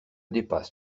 dépasse